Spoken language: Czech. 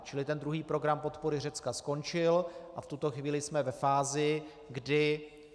Čili ten druhý program podpory Řecka skončil a v tuto chvíli jsme ve fázi, kdy